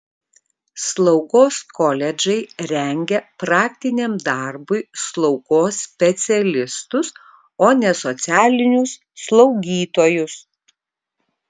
slaugos koledžai rengia praktiniam darbui slaugos specialistus o ne socialinius slaugytojus